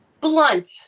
blunt